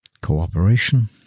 cooperation